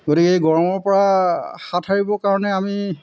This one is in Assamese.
গতিকে এই গৰমৰপৰা হাত সাৰিবৰ কাৰণে আমি